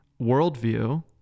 worldview